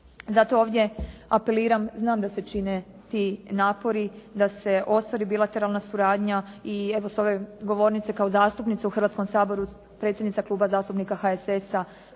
Zato ovdje apeliram, znam da se čine ti napori, da se ostvari bilateralna suradnja i evo sa ove govornice kao zastupnica u ovom Saboru, predsjednica Kluba zastupnika HSS-a